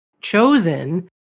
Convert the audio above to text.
chosen